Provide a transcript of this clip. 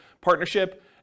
partnership